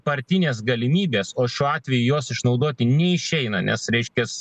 partinės galimybės o šiuo atveju jos išnaudoti neišeina nes reiškias